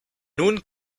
nun